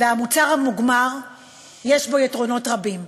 במוצר המוגמר יש יתרונות רבים.